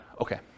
Okay